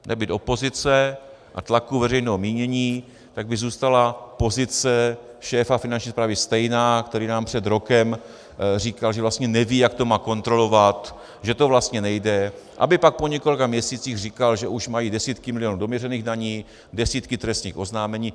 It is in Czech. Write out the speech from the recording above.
Nebýt opozice a tlaku veřejného mínění, tak by zůstala pozice šéfa Finanční správy stejná, který nám před rokem říkal, že vlastně neví, jak to má kontrolovat, že to vlastně nejde, aby pak po několika měsících říkal, že už mají desítky milionů doměřených daní, desítky trestních oznámení.